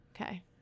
Okay